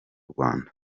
rwanda